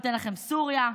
אני אתן לכם: סוריה,